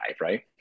right